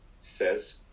says